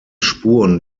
spuren